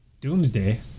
Doomsday